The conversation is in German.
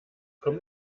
kommt